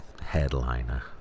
headliner